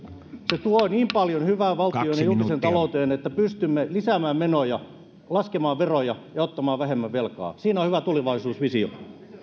se tuo niin paljon hyvää valtion ja julkiseen talouteen että pystymme lisäämään menoja laskemaan veroja ja ottamaan vähemmän velkaa siinä on hyvä tulevaisuusvisio